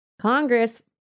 Congress